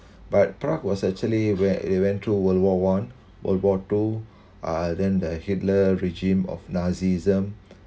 but prague was actually where they went through world war one world war two uh then the hitler regime of nazism